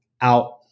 out